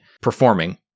performing